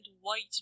white